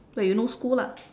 when you no school lah